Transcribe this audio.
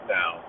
now